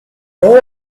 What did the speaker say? raw